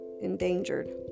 endangered